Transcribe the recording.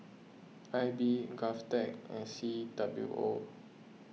I B Govtech and C W O